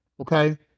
Okay